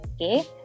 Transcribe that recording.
Okay